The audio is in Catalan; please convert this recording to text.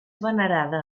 venerada